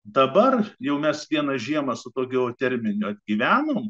dabar jau mes vieną žiemą su tuo geoterminio gyveno